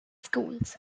schools